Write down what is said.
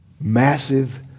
massive